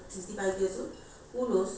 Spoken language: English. or if you still decide to work there who knows